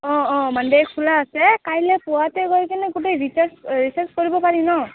অঁ অঁ মানডে খোলা আছে কাইলৈ পুৱাতেই গৈ কিনে গোটেই ৰিচাৰ্চ ৰিচাৰ্চ কৰিব পাৰি ন'